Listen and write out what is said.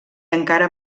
encara